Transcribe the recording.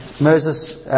Moses